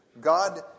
God